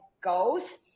goals